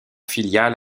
filiale